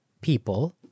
people